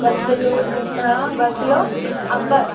ॿ किलो पोइ घणा ॿ किलो अम्ब